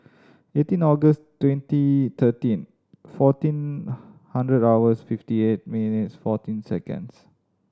eighteen August twenty thirteen fourteen hundred hours fifty eight minutes fourteen seconds